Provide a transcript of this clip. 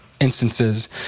instances